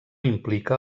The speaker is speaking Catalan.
implica